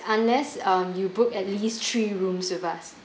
unless um you book at least three rooms with us